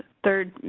third.